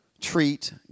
treat